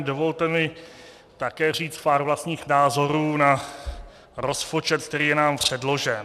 Dovolte mi také říct pár vlastních názorů na rozpočet, který je nám předložen.